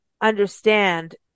understand